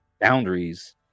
boundaries